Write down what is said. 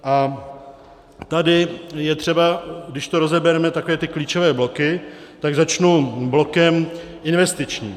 A tady je třeba, když to rozebereme, také ty klíčové bloky, tak začnu blokem investičním.